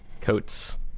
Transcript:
Coats